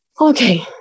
okay